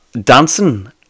Dancing